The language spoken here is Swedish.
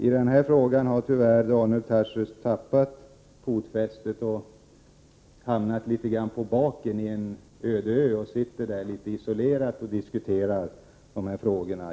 I denna fråga har Daniel Tarschys tyvärr tappat fotfästet och hamnat på baken på en öde ö. Han sitter där litet isolerad och diskuterar dessa frågor.